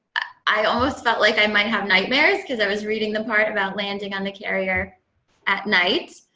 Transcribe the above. i almost felt like i might have nightmares, because i was reading the part about landing on the carrier at night,